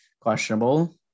questionable